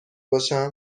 باشم